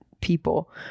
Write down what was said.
people